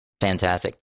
Fantastic